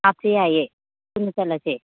ꯍꯥꯞꯁꯦ ꯌꯥꯏꯌꯦ ꯄꯨꯟꯅ ꯆꯠꯂꯁꯦ